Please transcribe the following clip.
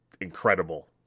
incredible